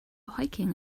hiking